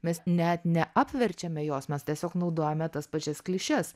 mes net neapverčiame jos mes tiesiog naudojame tas pačias klišes